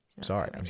Sorry